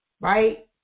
Right